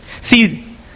See